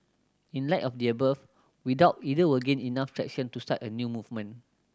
in light of the above we doubt either will gain enough traction to start a new movement